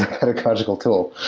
pedagogical tool,